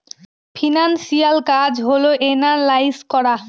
financial কাজ হল analyse করা